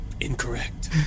incorrect